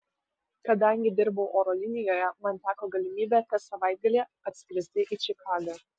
kadangi dirbau oro linijoje man teko galimybė kas savaitgalį atskristi į čikagą